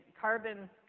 carbon